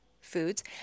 foods